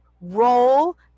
roll